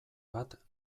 bat